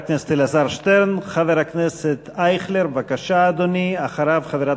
בני דקה 4 אלעזר שטרן (התנועה): 4 ישראל אייכלר (יהדות התורה): 5 רינה